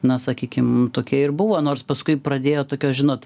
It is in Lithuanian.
na sakykim tokie ir buvo nors paskui pradėjo tokios žinot